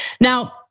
Now